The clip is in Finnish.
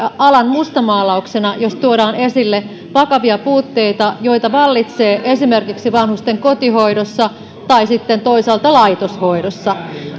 alan mustamaalauksena jos tuodaan esille vakavia puutteita joita vallitsee esimerkiksi vanhusten kotihoidossa tai sitten toisaalta laitoshoidossa